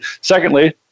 Secondly